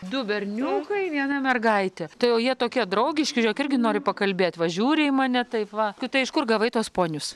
du berniukai viena mergaitė tai o jie tokie draugiški žiūrėk irgi nori pakalbėt va žiūri į mane taip va tai iš kur gavai tuos ponius